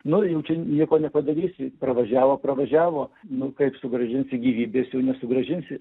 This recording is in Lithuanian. nu jau čia nieko nepadarysi pravažiavo pravažiavo nu kaip sugrąžinsi gyvybės jau nesugrąžinsi